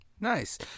Nice